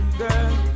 girl